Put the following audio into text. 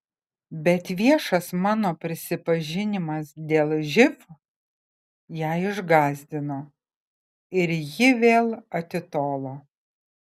bet viešas mano prisipažinimas dėl živ ją išgąsdino ir ji vėl atitolo